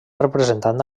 representant